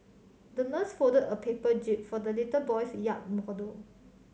the nurse folded a paper jib for the little boy's yacht model